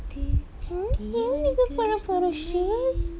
do do you want to build a snowman